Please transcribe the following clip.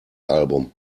album